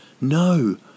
No